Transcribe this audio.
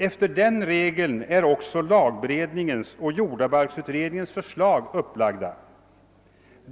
Efter den regeln är också lagberedningens och jordabalksberedningens förslag upplagda.